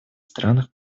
странах